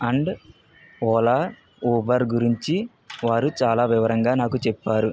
and Ola Uber గురించి వారు చాలా వివరంగా నాకు చెప్పారు